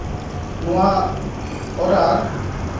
ᱱᱚᱣᱟ ᱚᱰᱟᱨ